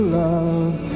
love